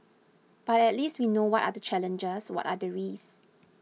but at least we know what are the challenges what are the risks